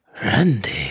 Randy